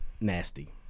Nasty